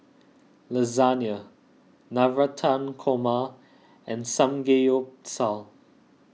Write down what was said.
Lasagna Navratan Korma and Samgeyopsal